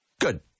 Good